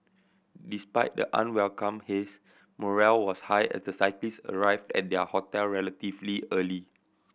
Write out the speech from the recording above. despite the unwelcome haze morale was high as the cyclist arrived at their hotel relatively early